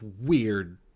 weird